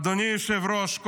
אדוני היושב-ראש,